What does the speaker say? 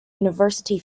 university